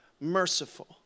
merciful